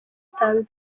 tanzania